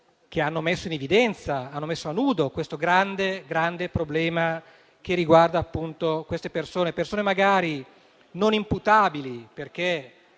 che hanno messo in evidenza, hanno messo a nudo, questo grande problema che riguarda appunto queste persone. Sono soggetti magari non imputabili, perché